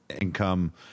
income